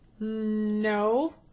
No